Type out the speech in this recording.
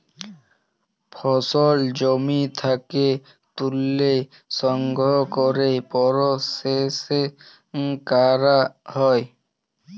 ফসল জমি থ্যাকে ত্যুলে সংগ্রহ ক্যরে পরসেস ক্যরা হ্যয়